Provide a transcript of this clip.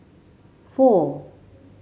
four